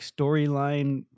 storyline